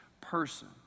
person